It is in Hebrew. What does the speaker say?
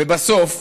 ובסוף,